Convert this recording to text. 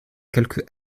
quelque